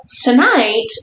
tonight